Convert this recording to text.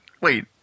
Wait